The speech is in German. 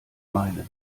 meinen